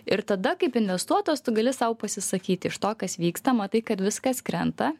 ir tada kaip investuotojas tu gali sau pasisakyti iš to kas vyksta matai kad viskas krenta